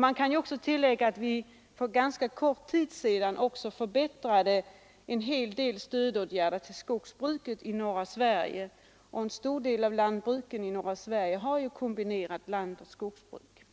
Man kan tillägga att vi för ganska kort tid sedan också förbättrade en hel del stödåtgärder till skogsbruket i norra Sverige — en stor del av jordbruken i norra Sverige har kombinerat jordbruk och skogsbruk.